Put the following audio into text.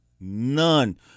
None